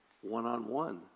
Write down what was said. one-on-one